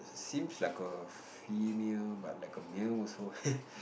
seems like a female but like a male also [heh]